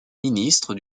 ministre